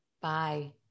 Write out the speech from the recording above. Bye